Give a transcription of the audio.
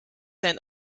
sein